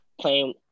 playing